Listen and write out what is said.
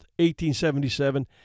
1877